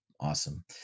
Awesome